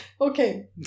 Okay